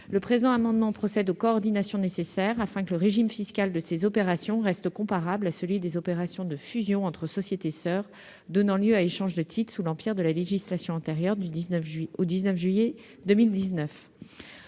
Le présent amendement vise à procéder aux coordinations nécessaires, afin que le régime fiscal de ces opérations reste comparable à celui des opérations de fusion entre sociétés soeurs donnant lieu à échanges de titres sous l'empire de la législation antérieure au 19 juillet 2019.